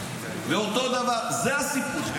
זה הסיפור.